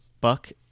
Buck